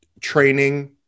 training